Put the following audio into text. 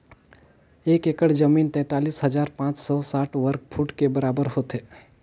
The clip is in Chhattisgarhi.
एक एकड़ जमीन तैंतालीस हजार पांच सौ साठ वर्ग फुट के बराबर होथे